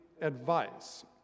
advice